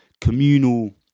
communal